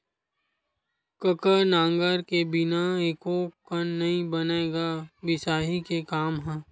कका नांगर के बिना एको कन नइ बनय गा बियासी के काम ह?